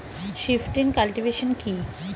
Shifting cultivation কি?